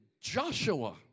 Joshua